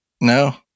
No